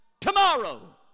tomorrow